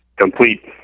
complete